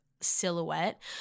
silhouette